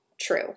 true